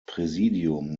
präsidium